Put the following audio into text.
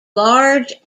large